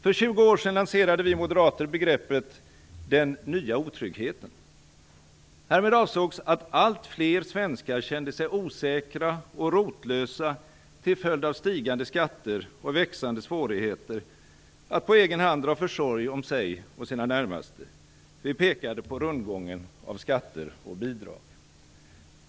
För 20 år sedan lanserade vi moderater begreppet "den nya otryggheten". Härmed avsågs att allt fler svenskar kände sig osäkra och rotlösa till följd av stigande skatter och växande svårigheter att på egen hand dra försorg om sig och sina närmaste. Vi pekade på rundgången av skatter och bidrag.